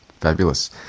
fabulous